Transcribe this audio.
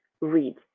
read